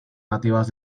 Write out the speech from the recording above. nativas